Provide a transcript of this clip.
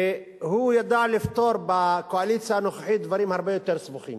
והוא ידע לפתור בקואליציה הנוכחית דברים הרבה יותר סבוכים.